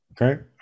okay